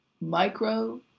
Micro